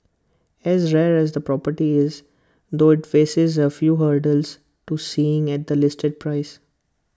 as rare as the property is though IT faces A few hurdles to seeing at the listed price